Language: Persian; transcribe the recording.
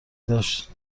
داشت